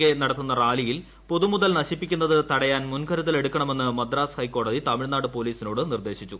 K നടത്തുന്ന റാലിയിൽ പൊതു മുതൽ നശിപ്പിക്കുന്നത് തടയാൻ മുൻകരുതലെടുക്കണമെന്ന് മദ്രാസ് ഹൈക്കോടതി തമിഴ്നാട് പോലീസിനോട് നിർദ്ദേശിച്ചു